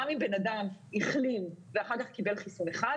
גם אם בן אדם החלים ואחר כך קיבל חיסון אחד,